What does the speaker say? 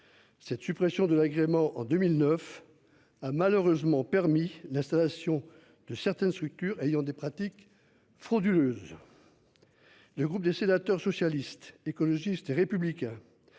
Cette suppression de l'agrément en 2009 a malheureusement permis l'installation de certaines structures ayant des pratiques frauduleuses. Le groupe des sénateur socialiste, écologiste et républicain.